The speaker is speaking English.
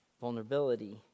Vulnerability